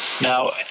Now